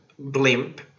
Blimp